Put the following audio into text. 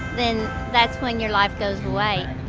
then that's when your life goes away.